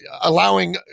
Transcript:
allowing